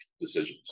decisions